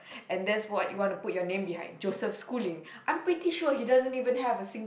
and there's what you want to put your name behind Joseph-Schooling I'm pretty sure he doesn't even have a sing~